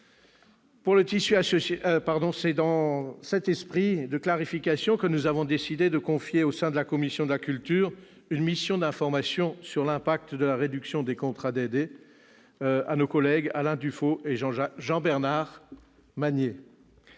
de la cohésion sociale ? C'est dans un esprit de clarification que nous avons décidé de confier, au sein de la commission de la culture, une mission d'information sur l'impact de la réduction des contrats aidés à nos collègues Alain Dufaut et Jacques-Bernard Magner.